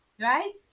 right